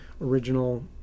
original